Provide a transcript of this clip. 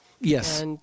Yes